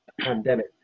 pandemic